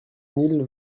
mille